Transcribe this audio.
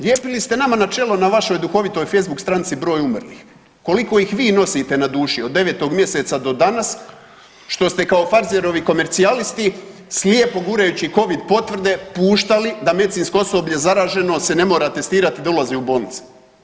Lijepili ste nama na čelo na vašoj duhovitoj Facebook stranici broj umrlih, koliko ih vi nosite na duši od 9. mjeseca do danas, što ste kao Pfizerovi komercijalisti slijepo gurajući covid potvrde puštali da medicinsko osoblje zaraženo se ne mora testirati da ulazi u bolnice.